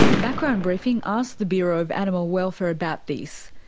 background briefing asked the bureau of animal welfare about this.